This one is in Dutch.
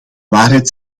waarheid